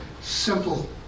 simple